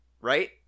Right